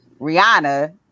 Rihanna